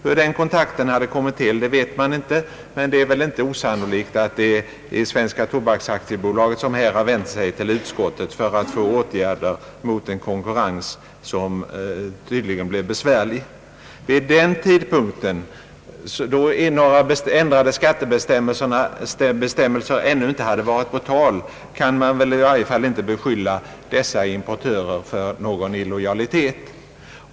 Hur den kontakten har kommit till vet man inte, men det är väl inte osannolikt att det är Svenska Tobaksaktiebolaget som har vänt sig till utskottet för att få till stånd åtgärder mot en konkurrens som förmodligen blivit besvärlig. Vid den tidpunkten, då några ändrade skattebestämmelser ännu inte varit på tal, kan man i varje fall inte beskylla dessa importörer för någon illojalitet.